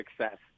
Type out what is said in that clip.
success